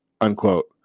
unquote